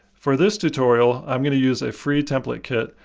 for this tutorial, i'm going to use a free template kit,